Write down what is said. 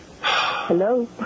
Hello